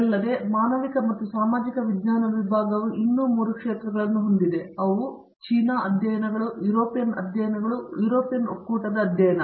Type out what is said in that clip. ಇದಲ್ಲದೆ ಮಾನವಿಕ ಮತ್ತು ಸಾಮಾಜಿಕ ವಿಜ್ಞಾನ ವಿಭಾಗವು ಇನ್ನೂ 3 ಕ್ಷೇತ್ರಗಳನ್ನು ಹೊಂದಿದೆ ಮತ್ತು ಅವು ಚೀನಾ ಅಧ್ಯಯನಗಳು ಯುರೋಪಿಯನ್ ಅಧ್ಯಯನಗಳು ಯುರೋಪಿಯನ್ ಒಕ್ಕೂಟದ ಅಧ್ಯಯನ